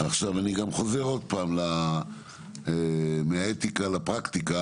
עכשיו, אני גם חוזר עוד פעם מהאתיקה ולפרקטיקה.